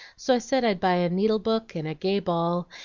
so i said i'd buy a needle-book, and a gay ball,